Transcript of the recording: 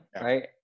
right